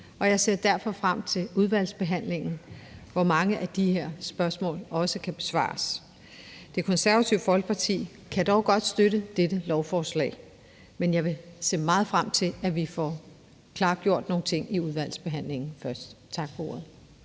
og jeg ser derfor frem til udvalgsbehandlingen, hvor mange af de her spørgsmål også kan besvares. Det Konservative Folkeparti kan dog godt støtte dette lovforslag. Men jeg vil se meget frem til, at vi får klargjort nogle ting i udvalgsbehandlingen først. Tak for ordet.